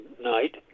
night